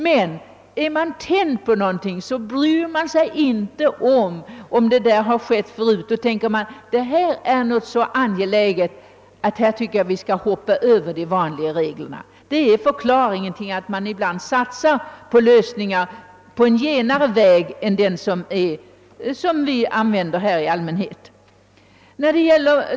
Men är man »tänd» på någonting, tycker man att det är så angeläget att man vill gå vid sidan om de vanliga reglerna. Det är förklaringen till att man ibland försöker åstadkomma lösningar på genare väg än den som vi i allmänhet följt.